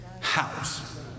house